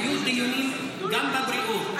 היו דיונים גם בבריאות,